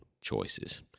choices